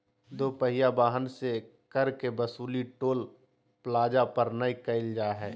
दो पहिया वाहन से कर के वसूली टोल प्लाजा पर नय कईल जा हइ